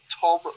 Tom